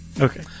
Okay